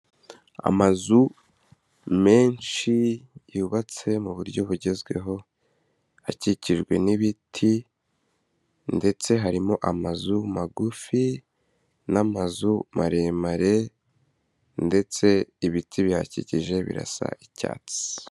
Amazu menshi yubatse mu buryo bugezweho. akikijwe n'ibiti ndetse harimo amazu magufi n'amazu maremare ndetse ibiti bihakikije birasa icyatsi.